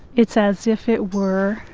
it's as if it were